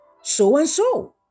so-and-so